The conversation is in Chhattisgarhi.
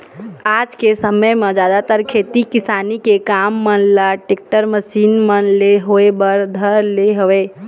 आज के समे म जादातर खेती किसानी के काम मन ल टेक्टर, मसीन मन ले होय बर धर ले हवय